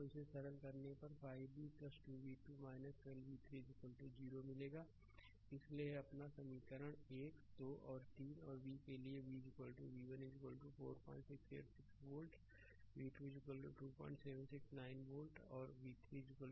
तो और सरल करने पर 5 v 2 v2 12 v3 0 मिलेगा इसलिए यह अपना समीकरण 1 2 और 3 और v के लिए v v1 4686 volt v2 2769 volt और v3 1491 वोल्ट मिलेगा